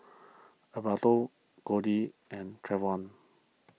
Alberto Cody and Trevon